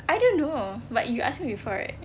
I don't know but you ask me before right